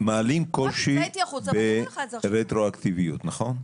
מעלים קושי ברטרואקטיביות, נכון?